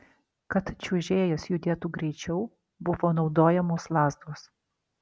kad čiuožėjas judėtų greičiau buvo naudojamos lazdos